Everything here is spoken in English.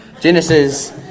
Genesis